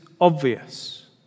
obvious